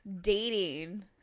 Dating